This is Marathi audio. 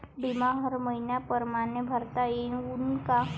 बिमा हर मइन्या परमाने भरता येऊन का?